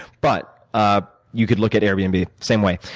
but ah you could look at airbnb, same way.